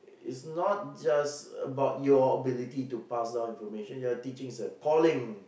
is not just about your ability to pass down information your teaching is a calling